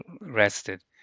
rested